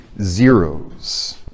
zeros